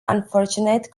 unfortunate